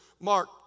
Mark